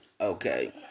Okay